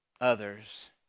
others